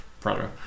brother